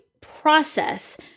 process